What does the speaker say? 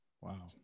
Wow